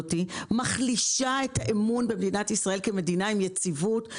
הזאת מחלישה את האמון במדינת ישראל כמדינה עם יציבות,